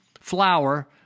flour